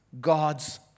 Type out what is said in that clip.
God's